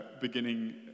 beginning